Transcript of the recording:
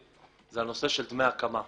זה הנושא של דמי הקמה.